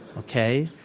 okay?